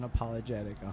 unapologetic